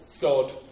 God